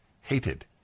hated